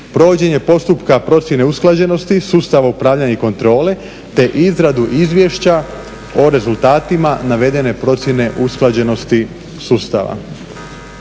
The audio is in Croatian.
provođenje postupka procjene usklađenosti, sustav upravljanja i kontrole te izradu izvješća o rezultatima navedene procjene usklađenosti sustava.